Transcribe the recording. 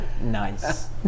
Nice